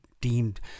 deemed